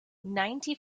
ninety